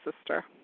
sister